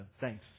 thanks